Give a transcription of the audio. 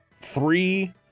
three